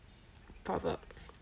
proverb